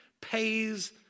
pays